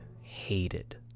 hated